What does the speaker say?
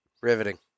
Riveting